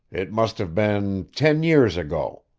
it must have been ten years ago.